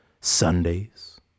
Sundays